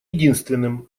единственным